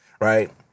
right